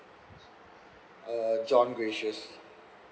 uh john gracious